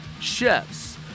chefs